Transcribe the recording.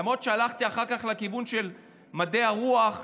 למרות שהלכתי אחר כך לכיוון של מדעי הרוח,